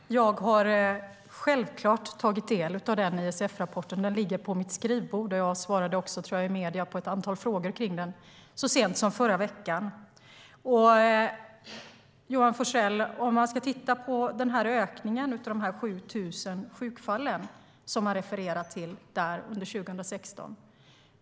Herr talman! Jag har självklart tagit del av ISF-rapporten. Den ligger på mitt skrivbord. Så sent som i förra veckan svarade jag också på ett antal frågor om den i medierna. Låt oss titta på ökningen med 7 000 sjukfall under 2016, Johan Forssell.